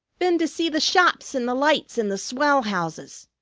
been to see the shops and the lights in the swell houses,